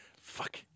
Fuck